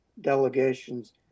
delegations